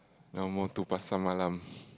now more to Pasar Malam